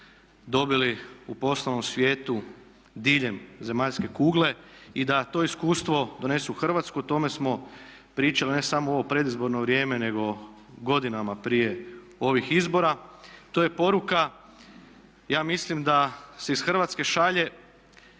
dobili u poslovnom svijetu diljem zemaljske kugle i da to iskustvo donesu u Hrvatsku, o tome smo pričali ne samo u ovo predizborno vrijeme nego i godinama prije ovih izbora. To je poruka, ja mislim da se iz Hrvatske šalje